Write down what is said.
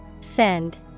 Send